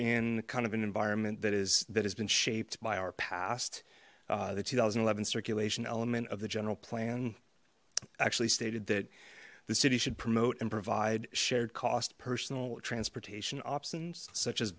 in kind of an environment that is that has been shaped by our past the two thousand and eleven circulation element of the general plan actually stated that the city should promote and provide shared cost personal transportation